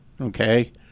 okay